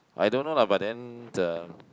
I don't know lah but then the